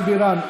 מיכל בירן.